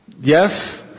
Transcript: Yes